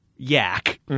yak